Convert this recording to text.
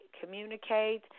communicate